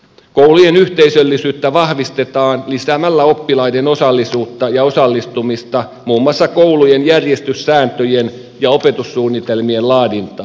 koulujen yhteisöllisyyttä vahvistetaan lisäämällä oppilaiden osallisuutta ja osallistumista muun muassa koulujen järjestyssääntöjen ja opetussuunnitelmien laadintaan